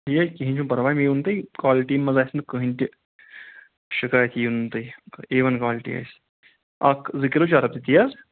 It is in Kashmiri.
ہے کہیٖنۍ چھُنہٕ پرواے مےٚ ووٚن تۄہہِ کالٹی منٛز آسہِ نہٕ کہیٖنۍ تہِ شکایت یِیو نہ تۄہہِ اے ون کالٹی آسہِ اکھ زٕ کلوٗ چرٕب تہِ تی حظ